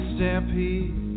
Stampede